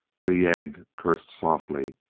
the yegg cursed softly.